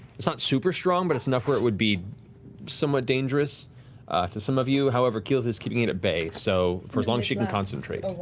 it's not super strong, but it's enough where it would be somewhat dangerous to some of you. however, keyleth is keeping it at bay so for as long as she can concentrate.